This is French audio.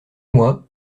mois